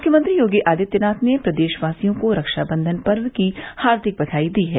मुख्यमंत्री योगी आदित्यनाथ ने प्रदेशवासियों को रक्षावंधन पर्व की हार्दिक बधाई दी है